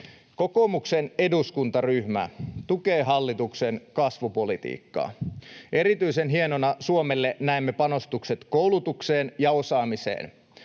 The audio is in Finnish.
Kokoomuksen eduskuntaryhmä tukee hallituksen kasvupolitiikkaa. Erityisen hienona Suomelle näemme panostukset koulutukseen ja osaamiseen.